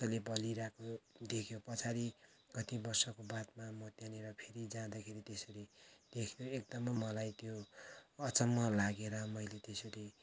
मजाले बलिरहेको देख्यो पछाडि कति बर्षको बादमा म त्यहाँनिर फेरी जाँदाखेरि त्यसरी देख्नु एकदमै मलाई त्यो अचम्म लागेर मैले त्यसरी